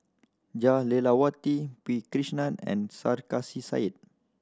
Jah Lelawati P Krishnan and Sarkasi Said